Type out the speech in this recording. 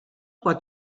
pot